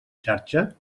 xarxa